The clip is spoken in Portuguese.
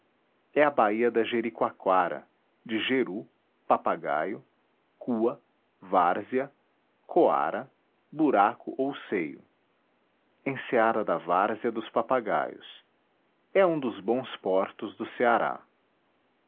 é a baía da jericoacoara de jeru papagaio cua várzea coara buraco ou seio enseada da várzea dos papagaios é um dos bons portos do ceará